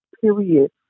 period